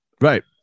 Right